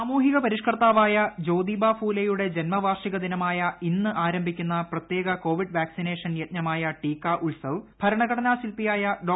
സാമൂഹൃ പരിഷ്ക്കർത്താവായ ജ്യോതിബ ഫൂലെയുടെ ജന്മവാർഷികദിനമായ ഇന്ന് ആരംഭിക്കുന്ന പ്രത്യേക കോവിഡ് വാക്സിനേഷൻ യജ്ഞമായ ടീക്ക ഉത്സവ് ഭരണഘടന ശില്പിയായ ഡോ